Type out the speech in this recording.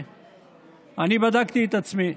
ואני בדקתי את עצמי,